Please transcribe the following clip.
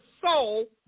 soul